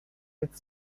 its